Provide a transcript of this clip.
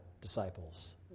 disciples